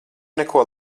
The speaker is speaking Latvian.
neko